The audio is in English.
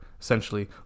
essentially